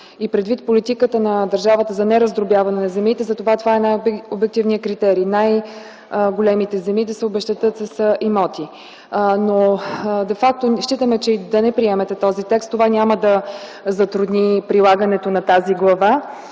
Предвид политиката на държавата за нераздробяване на земите, това е най-обективният критерий – най-големите земи да се обезщетят с имоти. Де факто считаме, че и да не приемете текста, това няма да затрудни прилагането на тази глава.